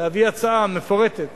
להביא הצעה מפורטת